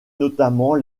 notamment